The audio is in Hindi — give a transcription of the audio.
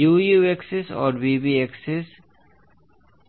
u u एक्सिस और v v एक्सिस ठीक हैं